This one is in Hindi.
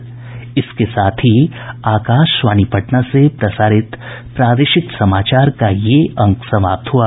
इसके साथ ही आकाशवाणी पटना से प्रसारित प्रादेशिक समाचार का ये अंक समाप्त हुआ